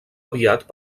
aviat